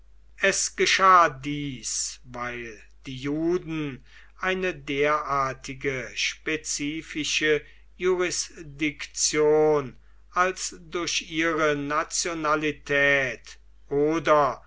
es geschah dies weil die juden eine derartige spezifische jurisdiktion als durch ihre nationalität oder